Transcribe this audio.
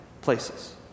places